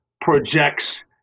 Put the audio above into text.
projects